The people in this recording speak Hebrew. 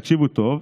תקשיבו טוב,